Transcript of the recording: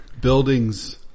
buildings